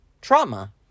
trauma